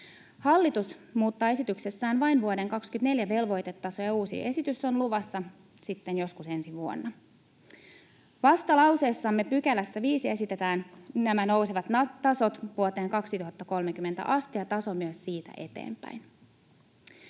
Hallitus muuttaa esityksessään vain vuoden 24 velvoitetta, ja uusi esitys on luvassa sitten joskus ensi vuonna. Vastalauseemme 5 §:ssä esitetään nämä nousevat tasot vuoteen 2030 asti ja taso myös siitä eteenpäin.